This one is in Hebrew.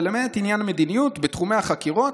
ולמעט עניין מדיניות בתחומי חקירות,